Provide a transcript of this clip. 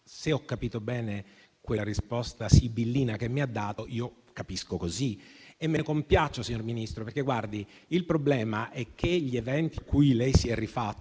Se ho capito bene la risposta sibillina che mi ha dato, io capisco così. E me ne compiaccio, signor Ministro, perché, guardi, il problema è che gli eventi a cui lei si è rifatto,